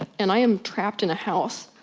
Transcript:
and i am trapped in a house,